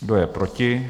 Kdo je proti?